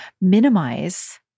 minimize